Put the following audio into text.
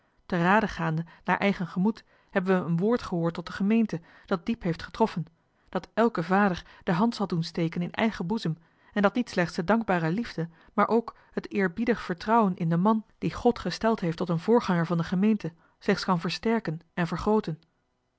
te rade gaande naar eigen gemoed hebben we een woord gehoord tot de gemeente dat diep heeft getroffen dat elken vader de hand zal doen steken johan de meester de zonde in het deftige dorp in eigen boezem en dat niet slechts de dankbare liefde maar ook het eerbiedig vertrouwen in den man dien god gesteld heeft tot een voorganger van de gemeente slechts kan versterken en vergrooten